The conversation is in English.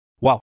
Wow